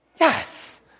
Yes